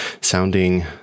sounding